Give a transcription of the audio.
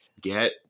get